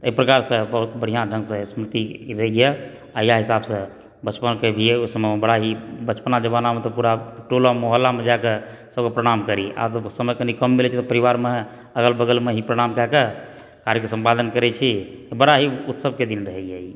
एहि प्रकारसँ बहुत बढ़िआँ ढ़ंगसँ स्मृति ई होइत यऽ आ इएह हिसाबसंँ बचपनके लिअ ओहि समयमे बड़ा ही बचपना जमानामे तऽ पूरा टोलके मोहल्लामे जाके सबकेँ प्रणाम करी आब समय कनी कम मिलय छै परिवारमे अगल बगलमे ही प्रणाम कए कऽ कार्यके सम्पादन करय छी बड़ा ही उत्सवके दिन रहैए ई